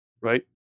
right